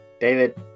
David